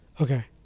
Okay